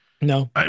No